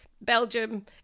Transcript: belgium